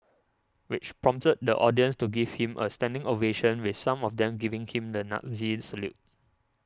which prompted the audience to give him a standing ovation with some of them giving him the Nazi salute